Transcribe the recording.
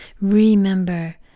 Remember